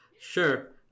Sure